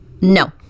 No